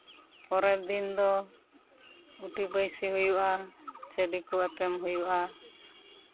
ᱯᱚᱨᱮ ᱫᱤᱱ ᱫᱚ ᱢᱤᱫᱴᱤᱡ ᱵᱟᱹᱭᱥᱤ ᱦᱩᱭᱩᱜᱼᱟ ᱪᱟᱹᱰᱤ ᱠᱚ ᱮᱯᱮᱢ ᱦᱩᱭᱩᱜᱼᱟ